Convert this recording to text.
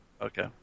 Okay